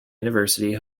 university